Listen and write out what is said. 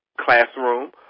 classroom